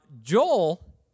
Joel